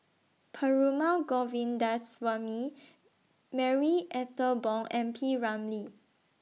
Perumal Govindaswamy Marie Ethel Bong and P Ramlee